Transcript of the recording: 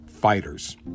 fighters